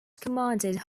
commanded